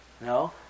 No